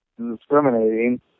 discriminating